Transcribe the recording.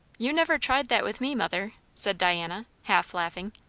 you never tried that with me, mother, said diana, half laughing.